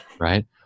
Right